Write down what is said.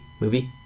movie